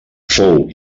fou